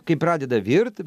kai pradeda virt